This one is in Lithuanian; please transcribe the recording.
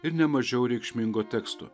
ir ne mažiau reikšmingo teksto